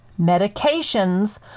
medications